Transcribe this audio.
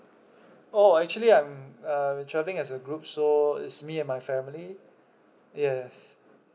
oh actually I'm uh we travelling as a group so it's me and my family yes